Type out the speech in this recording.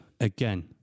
again